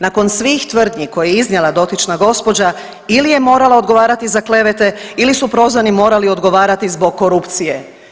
Nakon svih tvrdnji koje je iznijela dotična gospođa ili je morala odgovarati za klevete ili su prozvani morali odgovarati zbog korupcije.